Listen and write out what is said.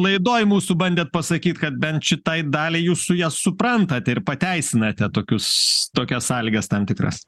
laidoj mūsų bandėt pasakyt kad bent šitai daliai jūsų jas suprantat ir pateisinate tokius tokias sąlygas tam tikras